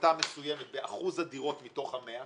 הפחתה מסוימת באחוז הדירות מתוך ה-100,